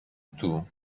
του